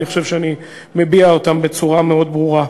אני חושב שאני מביע אותן בצורה מאוד ברורה.